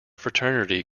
fraternity